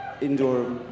indoor